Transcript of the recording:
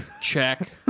Check